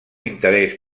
interès